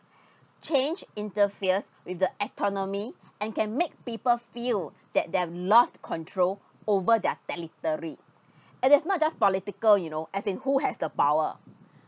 change interferes with the autonomy and can make people feel that they're lost control over their territory and that's not just political you know as in who has the power